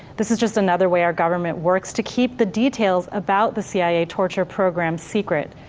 this is just another way our government works to keep the details about the cia's torture program secret.